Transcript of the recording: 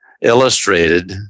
illustrated